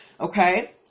okay